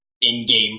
in-game